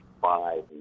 five